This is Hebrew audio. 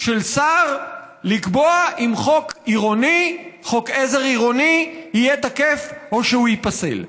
של שר לקבוע אם חוק עזר עירוני יהיה תקף או שהוא ייפסל.